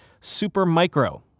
Supermicro